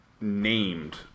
named